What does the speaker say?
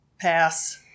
pass